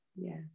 Yes